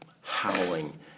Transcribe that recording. howling